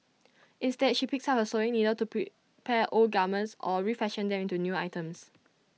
instead she picks up sewing needle to prepare old garments or refashion them into new items